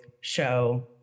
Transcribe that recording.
show